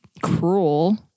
cruel